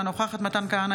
אינה נוכחת מתן כהנא,